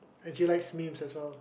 and she likes memes as well